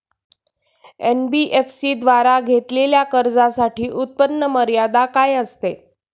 NBFC द्वारे घेतलेल्या कर्जासाठी उत्पन्न मर्यादा काय असते?